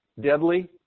Deadly